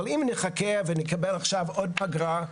אבל אם נחכה ונקבל עכשיו עוד פגרה,